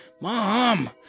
Mom